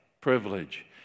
privilege